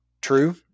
True